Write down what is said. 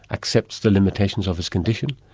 accepts the limitations of his condition,